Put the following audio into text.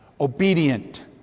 obedient